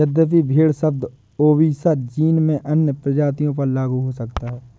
यद्यपि भेड़ शब्द ओविसा जीन में अन्य प्रजातियों पर लागू हो सकता है